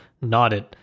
nodded